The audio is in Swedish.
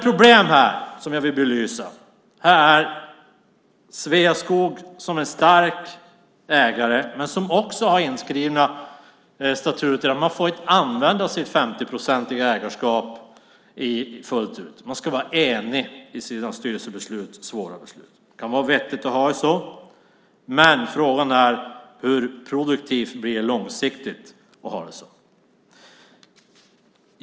Problemet jag vill belysa är att Sveaskog, en stark ägare, också har inskrivet i statuterna att de inte får använda sitt 50-procentiga ägarskap fullt ut. Det ska vara en enig styrelse i svåra beslut. Det kan vara vettigt att ha det så, men frågan är hur produktivt det blir långsiktigt.